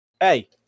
hey